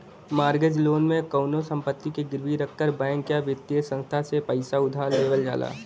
mortgage loan में कउनो संपत्ति के गिरवी रखकर बैंक या वित्तीय संस्थान से पैसा उधार लेवल जाला